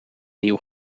nieuw